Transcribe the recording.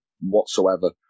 whatsoever